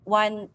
one